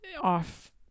off